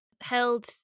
held